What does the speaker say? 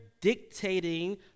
dictating